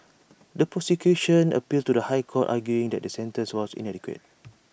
the prosecution appealed to the High Court arguing that the sentences was inadequate